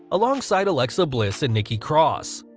alongside alexa bliss and nikki cross.